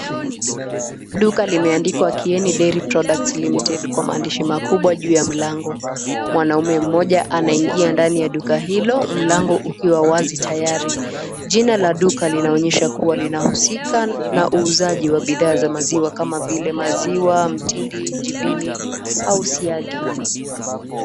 Duka limeandikwa Kieni Dairy Products Limited kwa maandishi makubwa juu ya mlango, mwanaume mmoja anaingia ndani ya duka hilo mlango ukiwa wazi tayari, jina la duka linaonyesha kuwa linahusika na uuzaji wa bidhaa za maziwa kama vile maziwa, mtindi, jibini au siagi.